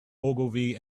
ogilvy